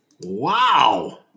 Wow